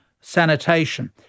sanitation